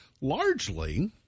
largely